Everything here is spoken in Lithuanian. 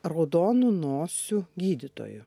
raudonų nosių gydytojų